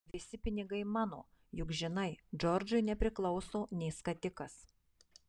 visi pinigai mano juk žinai džordžui nepriklauso nė skatikas